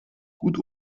gut